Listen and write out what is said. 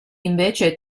invece